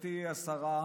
גברתי השרה,